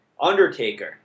Undertaker